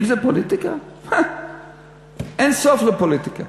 אם זה פוליטיקה, אין סוף לפוליטיקה.